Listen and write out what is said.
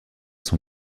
son